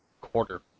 quarter